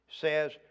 says